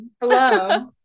Hello